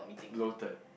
bloated